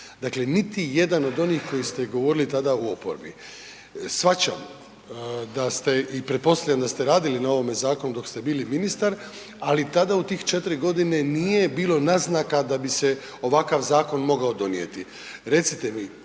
Dakle, niti jedan od onih koji ste govorili tada u oporbi. Shvaćam da ste i pretpostavljam da ste radili na ovome zakonu dok ste bili ministar, ali tada u tih 4 godine nije bilo naznaka da bi se ovakav zakon mogao donijeti. Recite mi,